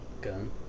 gun